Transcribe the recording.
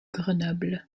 grenoble